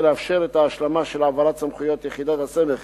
לאפשר את ההשלמה של העברת סמכויות יחידת הסמך